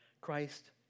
Christ